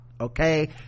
okay